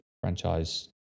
franchise